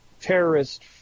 terrorist